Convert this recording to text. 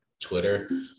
Twitter